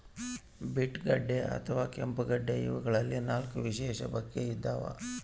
beet ಗಡ್ಡೆ ಅಥವಾ ಕೆಂಪುಗಡ್ಡೆ ಇವಗಳಲ್ಲಿ ನಾಲ್ಕು ವಿಶಿಷ್ಟ ಬಗೆ ಇದಾವ